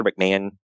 McMahon